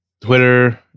twitter